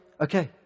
Okay